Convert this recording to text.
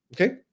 okay